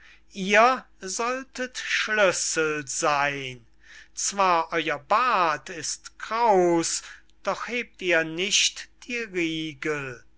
ihr solltet schlüssel seyn zwar euer bart ist kraus doch hebt ihr nicht die riegel